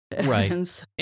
Right